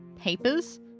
papers